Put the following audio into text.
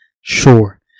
Sure